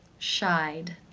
shied.